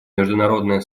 международное